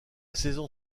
saison